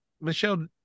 Michelle